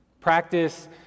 Practice